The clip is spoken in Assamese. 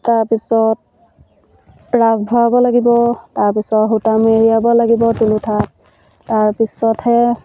তাৰপিছত ৰাচ ভৰাব লাগিব তাৰপিছত সূতা মেৰিয়াব লাগিব টোলোঠাত তাৰপিছতহে